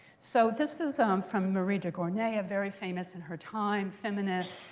so this is um from marie de gournay, a very famous in her time feminist.